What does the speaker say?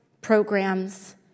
programs